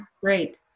great